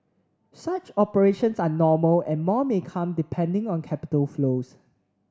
such operations are normal and more may come depending on capital flows